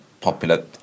popular